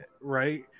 right